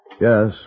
Yes